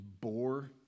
bore